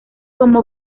como